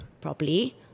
Properly